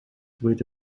with